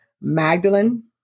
Magdalene